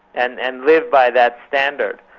and and live by that standard.